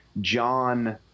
John